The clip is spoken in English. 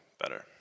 better